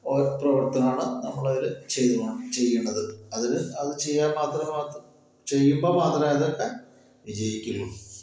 ഓരോ പ്രവർത്തനമാണ് നമ്മൾ അതിൽ ചെയ്യണം ചെയ്യേണ്ടത് അതിന് അതു ചെയ്യാൻ മാത്രം മാത്രം ചെയ്യുമ്പോൾ മാത്രം അതൊക്കെ വിജയിക്കുകയുള്ളൂ